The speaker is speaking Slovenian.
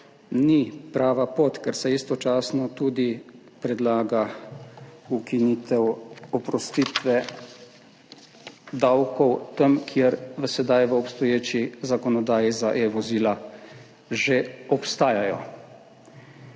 ni prava pot, ker se istočasno tudi predlaga ukinitev oprostitve davkov tam, kjer v sedaj v obstoječi zakonodaji za e-vozila že obstajajo.